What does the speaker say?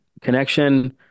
connection